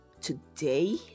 Today